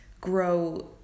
grow